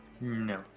No